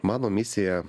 mano misija